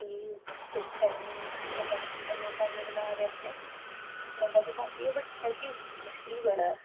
page ते pen जां pencil कन्नै सामने बना दे अपने मजा बी काफी ऐ बट एह् है कि मुश्किल बी बड़ा ऐ